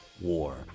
War